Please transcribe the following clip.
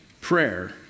prayer